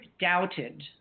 doubted